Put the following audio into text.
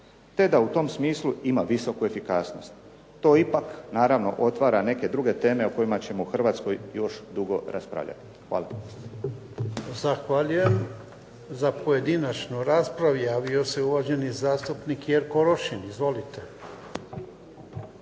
te da u tom smislu ima visoku efikasnost. To ipak naravno otvara neke druge teme o kojima ćemo u Hrvatskoj još dugo raspravljati. Hvala. **Jarnjak, Ivan (HDZ)** Zahvaljujem. Za pojedinačnu raspravu javio se uvaženi zastupnik Jerko Rošin. Izvolite.